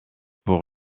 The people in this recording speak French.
pour